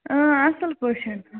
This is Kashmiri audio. اَصٕل پٲٹھۍ